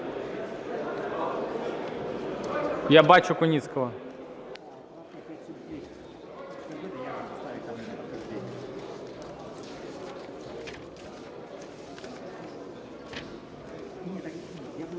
Я бачу Куницького.